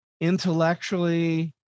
intellectually